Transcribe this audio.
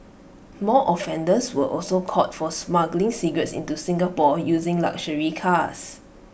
more offenders were also caught for smuggling cigarettes into Singapore using luxury cars